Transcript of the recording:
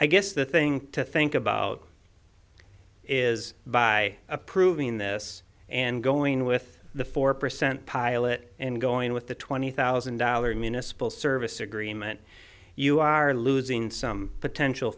i guess the thing to think about is by approving this and going with the four percent pilot and going with the twenty thousand dollars municipal service agreement you are losing some potential